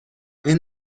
این